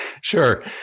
Sure